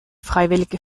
freiwillige